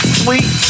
sweet